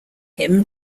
him